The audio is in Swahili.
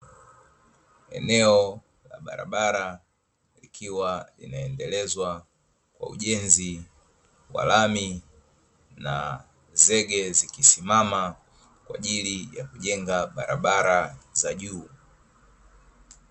Eneo la barabara likiwa linaendelezwa kwa ujenzi wa lami na zege zikisimama kwa ajili ya kujenga barabara za juu.